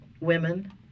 women